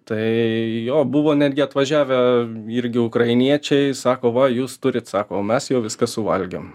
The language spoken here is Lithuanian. tai jo buvo netgi atvažiavę irgi ukrainiečiai sako va jūs turit sako mes jau viską suvalgėm